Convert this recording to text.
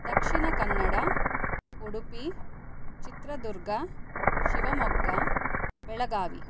Dakshina Kannada Udupi Chitradurga Shivamogga Belagavi